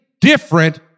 different